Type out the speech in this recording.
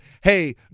hey